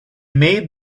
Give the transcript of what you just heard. made